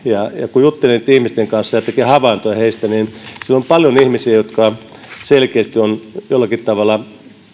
kun jutteli niitten ihmisten kanssa ja teki havaintoja heistä niin siellä on paljon ihmisiä jotka selkeästi ovat jollakin tavalla